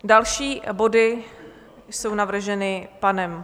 Další body jsou navrženy panem...